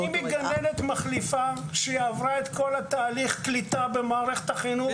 אם היא גננת מחליפה שעברה את כל תהליך הקליטה במערכת החינוך,